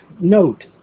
note